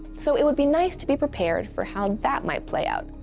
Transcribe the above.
so it'd be nice to be prepared for how that might play out.